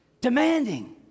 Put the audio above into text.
demanding